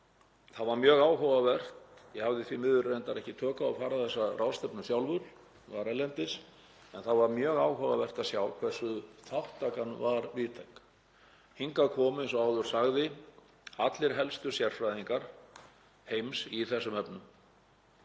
Það var mjög áhugavert, ég hafði því miður reyndar ekki tök á að fara þessa ráðstefnu sjálfur, var erlendis, en það var mjög áhugavert að sjá hversu þátttakan var víðtæk. Hingað komu, eins og áður sagði, allir helstu sérfræðingar heims í þessum efnum,